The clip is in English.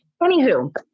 Anywho